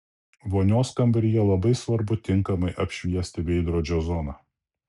vonios kambaryje labai svarbu tinkamai apšviesti veidrodžio zoną